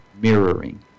mirroring